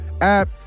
app